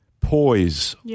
poise